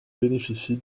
bénéficie